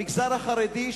במגזר החרדי,